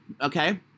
okay